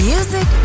Music